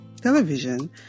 television